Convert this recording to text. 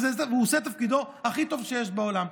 והוא עושה את תפקידו הכי טוב שיש בעולם.